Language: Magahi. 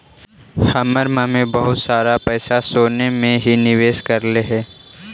हमर मम्मी बहुत सारा पैसा सोने में ही निवेश करलई हे